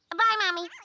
bye mommy.